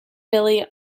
billy